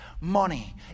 money